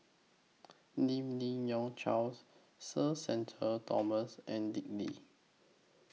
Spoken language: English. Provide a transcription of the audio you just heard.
Lim Yi Yong Charles Sir Shenton Thomas and Dick Lee